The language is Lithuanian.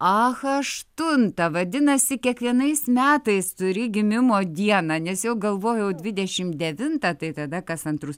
ach aštuntą vadinasi kiekvienais metais turi gimimo dieną nes jau galvojau dvidešimt devintą tai tada kas antrus